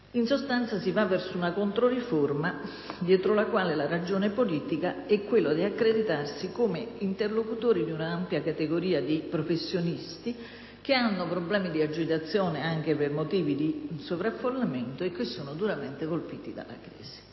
In sostanza, si va verso una controriforma dietro la quale la ragione politica è quella di accreditarsi come interlocutori di un'ampia categoria di professionisti che hanno problemi di agitazioni anche per motivi di sovraffollamento e che sono duramente colpiti dalla crisi.